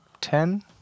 ten